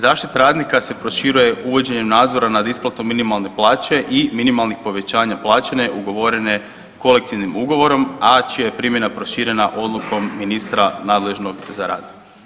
Zaštita radnika se proširuje uvođenjem nadzora nad isplatom minimalne plaće i minimalnih povećanja plaće ugovorene kolektivnim ugovorom, a čija je primjena proširena odlukom ministra nadležnog za rad.